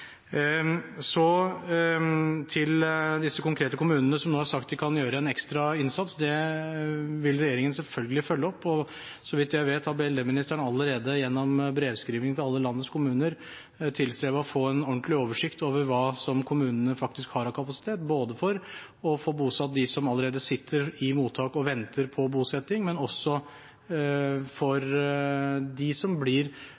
Så til de konkrete kommunene som nå har sagt de kan gjøre en ekstra innsats, og det vil regjeringen selvfølgelig følge opp. Så vidt jeg vet, har barne-, likestillings- og inkluderingsministeren allerede gjennom brevskriving til alle landets kommuner tilstrebet å få en ordentlig oversikt over hva kommunene faktisk har av kapasitet, både for å få bosatt de som allerede sitter i mottak og venter på bosetting, og også de som blir